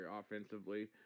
offensively